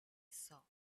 saw